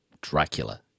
Dracula